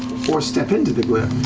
or step into the glyph.